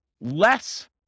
less